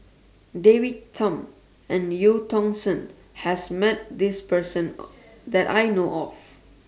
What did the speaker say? David Tham and EU Tong Sen has Met This Person that I know of